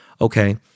okay